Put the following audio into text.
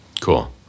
Cool